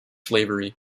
slavery